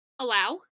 Allow